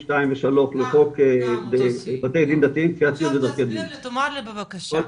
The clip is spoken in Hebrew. סעיף 2 ו-3 לחוק בתי דין דתיים -- תאמר לי בבקשה,